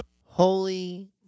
holy